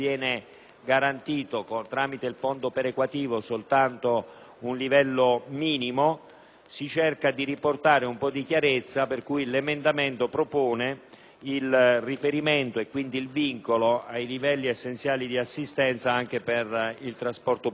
perequativo soltanto un livello minimo; l'emendamento propone il riferimento e quindi il vincolo ai livelli essenziali di assistenza anche per il trasporto pubblico locale.